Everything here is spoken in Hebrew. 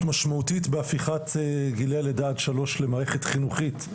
משמעותית בהפיכת גילאי לידה עד שלוש למערכת חינוכית,